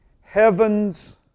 heavens